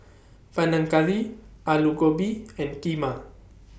Panang Curry Alu Gobi and Kheema